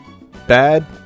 Bad